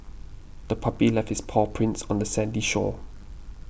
the puppy left its paw prints on the sandy shore